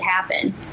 happen